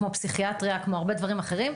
כמו פסיכיאטריה וכמו הרבה דברים אחרים,